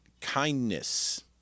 kindness